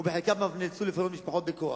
ובחלקם אף נאלצו לפנות משפחות בכוח.